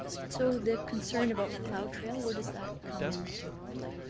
so the concern about macleod trail, where does that come into play?